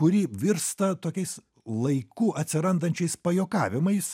kuri virsta tokiais laiku atsirandančiais pajuokavimais